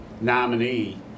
nominee